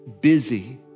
busy